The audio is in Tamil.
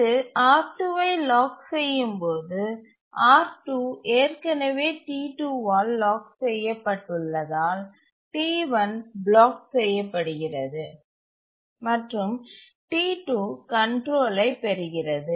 இது R2ஐ லாக் செய்யும்போது R2 ஏற்கனவே T2 ஆல் லாக் செய்யப்பட்டுள்ளதால் T1 பிளாக் செய்யப்படுகிறது மற்றும் T2 கண்ட்ரோலை பெறுகிறது